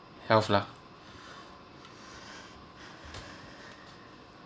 health lah